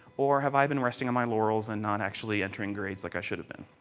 or have i been resting on my laurels and not actually entering grades like i should have been.